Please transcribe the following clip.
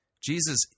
Jesus